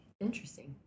Interesting